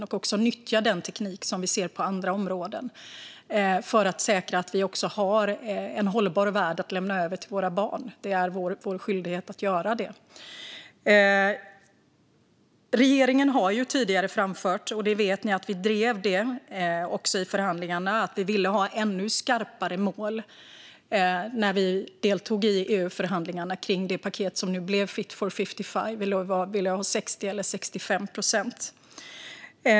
Vi måste också nyttja den teknik som vi ser på andra områden för att säkra att vi har en hållbar värld att lämna över till våra barn. Det är vår skyldighet att göra det. Regeringen har tidigare framfört - ni vet att vi också drev det i förhandlingarna - att vi ville ha ännu skarpare mål när vi deltog i EU-förhandlingarna kring det paket som nu blev Fit for 55. Vi ville ha 60 eller 65 procent.